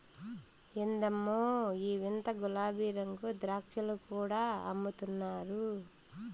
ఎందమ్మో ఈ వింత గులాబీరంగు ద్రాక్షలు కూడా అమ్ముతున్నారు